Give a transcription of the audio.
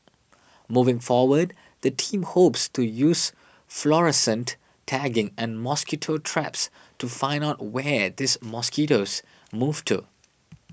moving forward the team hopes to use fluorescent tagging and mosquito traps to find out where these mosquitoes move to